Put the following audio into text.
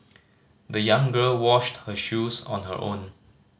the young girl washed her shoes on her own